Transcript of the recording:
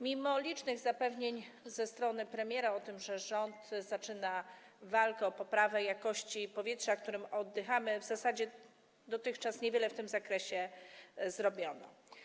Mimo licznych zapewnień ze strony premiera o tym, że rząd zaczyna walkę o poprawę jakości powietrza, którym oddychamy, w zasadzie dotychczas niewiele w tym zakresie zrobiono.